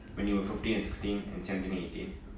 when you were fifteen and sixteen and seventeen eighteen